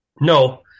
no